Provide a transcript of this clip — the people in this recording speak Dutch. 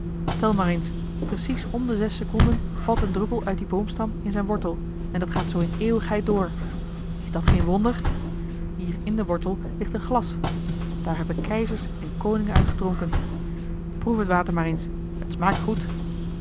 maar eens precies om de zes seconden valt een druppel uit dien boomstam in zijn wortel en dat gaat zoo in eeuwigheid door is dat geen wonder hier in den wortel ligt een glas daar hebben keizers en koningen uit gedronken proef het water maar eens het smaakt goed